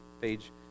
page